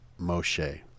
Moshe